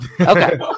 Okay